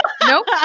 Nope